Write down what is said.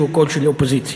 שהוא קול של אופוזיציה.